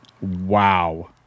Wow